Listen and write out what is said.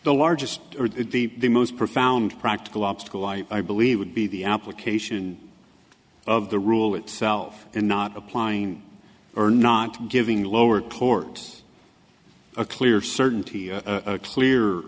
the largest or the the most profound practical obstacle i believe would be the application of the rule itself and not applying or not giving lower court a clear certainty a clear